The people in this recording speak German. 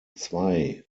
zwei